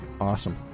awesome